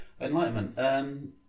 Enlightenment